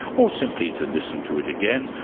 or simply to listen to it again,